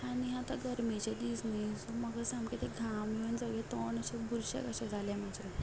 आनी आतां गरमेचे दीस न्ही म्हाका ते सामके घाम येवन सगले तोंड सगलें बुरशें कशें जालें म्हजें